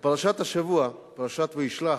בפרשת השבוע, פרשת וישלח,